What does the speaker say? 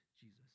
Jesus